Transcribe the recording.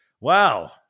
wow